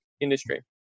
industry